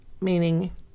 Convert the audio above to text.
meaning